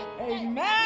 Amen